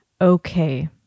okay